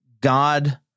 God